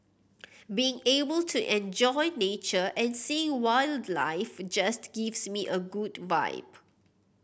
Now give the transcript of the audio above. being able to enjoy nature and seeing wildlife just gives me a good vibe